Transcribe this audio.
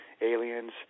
aliens